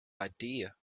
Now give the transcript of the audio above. idea